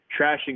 trashing